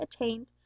attained